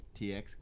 tx